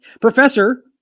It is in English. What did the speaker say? Professor